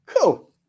Cool